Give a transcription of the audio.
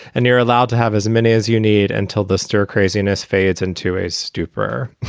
and you're allowed to have as many as you need until the stir craziness fades into a stupor